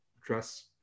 dress